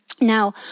Now